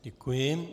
Děkuji.